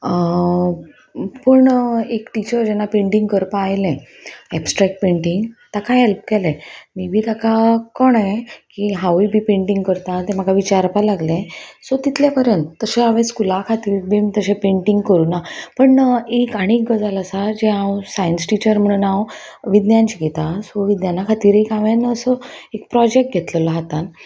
पूण एक टिचर जेन्ना पेंटींग करपाक आयलें एबस्ट्रेक्ट पेंटींग ताका हेल्प केलें मे बी ताका कळ्ळें की हांवूय बी पेंटींग करता तें म्हाका विचारपा लागलें सो तितले पर्यंत तशें हांवे स्कुला खातीर बीन तशें पेंटींग करुना पूण एक आनी एक गजाल आसा जे हांव सायन्स टिचर म्हणून हांव विज्ञान शिकयतां सो विज्ञाना खातीर एक हांवें असो एक प्रोजेक्ट घेतलेलो हातान